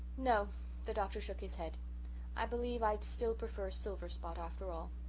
no the doctor shook his head i believe i'd still prefer silverspot after all.